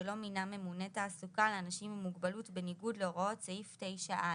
שלא מינה ממונה תעסוקה לאנשים עם מוגבלות בניגוד להוראות סעיף 9א;